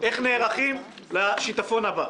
איך נערכים לשיטפון הבא.